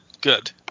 Good